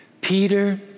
Peter